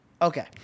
Okay